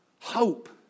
Hope